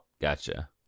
gotcha